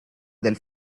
del